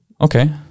Okay